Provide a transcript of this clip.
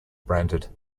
branded